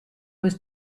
was